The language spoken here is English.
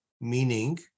meaning